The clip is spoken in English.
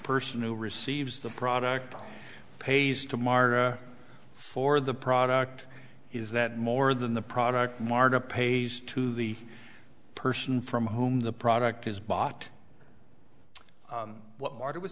person who receives the product pays tomorrow for the product is that more than the product martha pays to the person from whom the product is bot what martha was